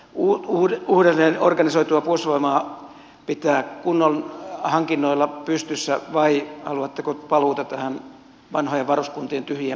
haluatteko näitä uudelleen organisoituja puolustusvoimia pitää kunnon hankinnoilla pystyssä vai haluatteko paluuta tähän vanhojen varuskuntien tyhjien punkkien järjestelmään